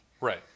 Right